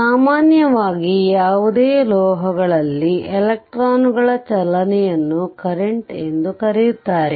ಸಾಮಾನ್ಯವಾಗಿ ಯಾವುದೇ ಲೋಹಗಳಲ್ಲಿ ಎಲೆಕ್ಟ್ರಾನ್ಗಳ ಚಲನೆಯನ್ನು ಕರೆಂಟ್ ಎಂದು ಕರೆಯುತ್ತಾರೆ